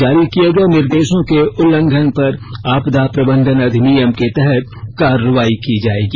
जारी किए गए निर्देशों के उल्लंघन पर आपदा प्रबंधन अधिनियम के तहत कार्रवाई की जाएगी